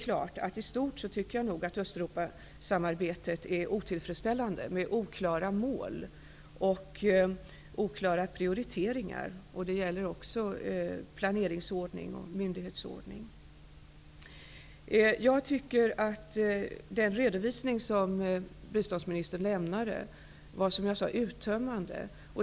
Jag tycker dock att Östeuropasamarbetet i stort är otillfredsställande med oklara mål och prioriteringar. Det gäller också planeringsordning och myndighetsordning. Jag tycker att den redovisning som biståndsministern har gjort är uttömmande.